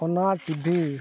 ᱚᱱᱟ ᱴᱤᱵᱷᱤ